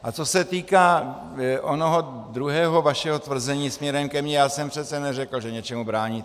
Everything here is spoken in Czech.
A co se týká onoho druhého vašeho tvrzení směrem ke mně, já jsem přece neřekl, že něčemu bráníte.